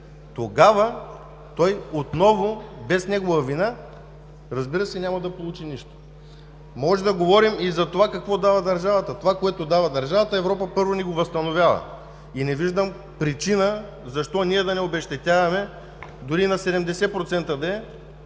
тогава той отново – без негова вина, разбира се, няма да получи нищо. Можем да говорим и за това какво дава държавата. Това, което дава държавата, Европа ни го възстановява, първо. Не виждам причина защо ние да не обезщетяваме – дори и на 70%,